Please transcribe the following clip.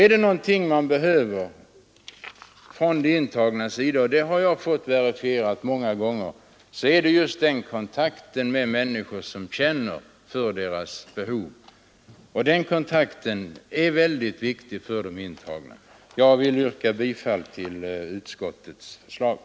Är det någonting som de intagna behöver — det har jag fått verifierat lj många gånger — är det just kontakt med människor som känner för deras behov. Den kontakten är mycket viktig för de intagna. Herr talman! Jag vill yrka bifall till utskottets hemställan.